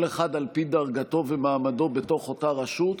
כל אחד על פי דרגתו ומעמדו בתוך אותה רשות,